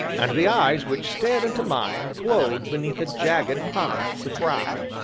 and the eyes which stared into mine glowed beneath a jagged prominence of brow.